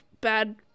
bad